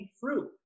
fruit